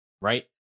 right